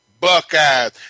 Buckeyes